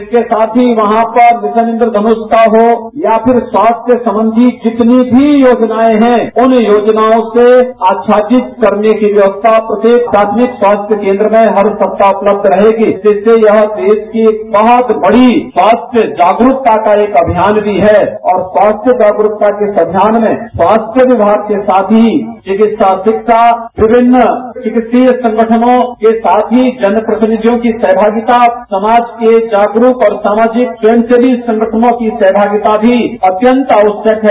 इसके साथ ही वहां पर मिशन इन्द्रेयनष का हो या छिर स्वास्थ्य संबंधी जितनी भी योजनाएं हैं उन योजनाओं से आच्छादित करने की व्यकस्था प्रत्येक प्राथमिक स्वास्थ्य केन्द्र में हर सप्ताह उपलब रहेगी जिससे यह देश की बहुत बड़ी स्वास्थ्य जागरूकता का एक अभियान भी है और स्वास्थ्य जागरूकता के इस अभियान में स्वास्थ्य विभाग के साथ ही चिकित्सा शिक्षा विर्मिन चिकित्सीय संगठनों के साथ ही जनप्रतिनिधियों की सहभागिता समाज के जागरूक और सामाजिक स्वयं सेवी संगठनों की सहमागिता भी अत्यंत आवश्यक है